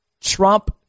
Trump